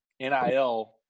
nil